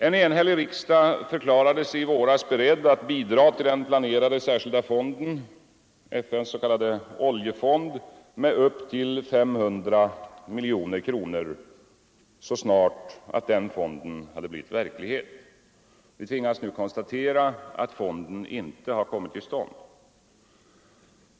En enhällig riksdag förklarade sig i våras beredd att bidra till den planerade särskilda fonden, FN:s s.k. oljefond, med upp till 500 miljoner kronor, så snart den blivit verklighet. Vi tvingas nu konstatera att fonden inte kommit till stånd.